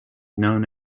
known